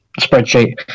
spreadsheet